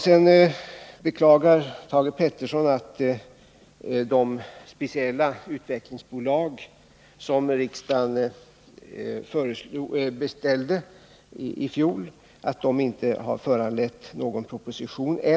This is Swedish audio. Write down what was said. Sedan beklagar Thage Peterson att de speciella utvecklingsbolag som riksdagen beställde i fjol inte än har föranlett någon proposition.